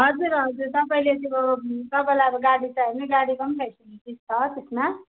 हजुर हजुर तपाईँले त्यो तपाईँलाई अब गाडी चाहियो भने गाडीको पनि फेसिलिटिज छ त्यसमा